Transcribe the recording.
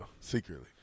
Secretly